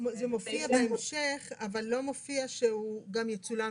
זה מופיע בהמשך, אבל לא מופיע שהוא גם יצולם אתו.